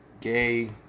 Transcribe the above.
Gay